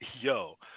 Yo